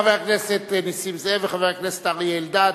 חבר הכנסת נסים זאב וחבר הכנסת אריה אלדד